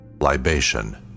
Libation